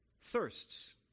thirsts